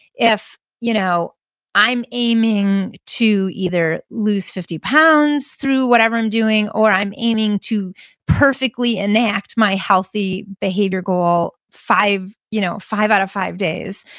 if you know i'm aiming to either lose fifty pounds through whatever i'm doing, or i'm aiming to perfectly enact my healthy behavior goal five you know five out of five days,